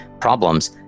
problems